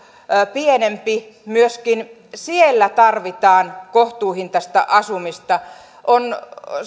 pienempi myöskin tarvitaan kohtuuhintaisia asumista on